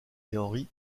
henri